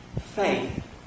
faith